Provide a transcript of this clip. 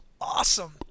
awesome